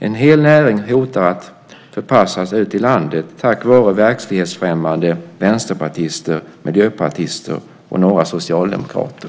En hel näring hotar att förpassas ut ur landet tack vare verklighetsfrämmande vänsterpartister, miljöpartister och några socialdemokrater.